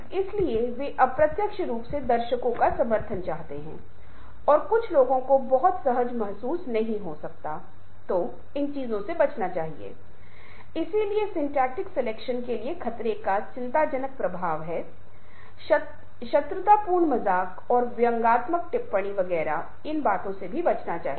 इसलिए आप देखते हैं कि वे तनाव प्रबंधन और समस्या को हल करने वाले हैं और ये सभी चीजें फिर से संचार पर पहले के व्याख्यान से जुड़ जाती हैं और लचीलापन भी संचार से जुड़ जाता है क्योंकि यदि आप साझा करते हैं तो यह लचीलापन बन जाता है क्योंकि आपकी समस्या अन्य लोगों द्वारा हल हो जाती है